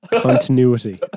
continuity